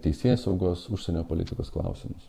teisėsaugos užsienio politikos klausimus